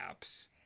apps